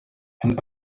and